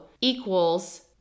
equals